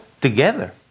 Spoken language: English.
together